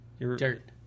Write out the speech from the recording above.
Dirt